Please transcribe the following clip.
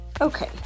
Okay